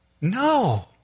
No